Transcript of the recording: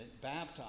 baptized